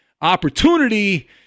opportunity